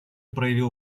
проявил